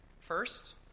First